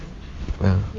ya